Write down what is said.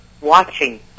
watching